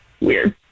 weird